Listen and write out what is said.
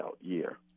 year